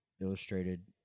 illustrated